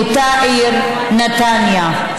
מאותה העיר, נתניה.